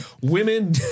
Women